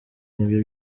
ibyo